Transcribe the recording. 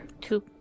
Two